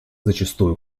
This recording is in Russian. зачастую